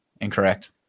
Incorrect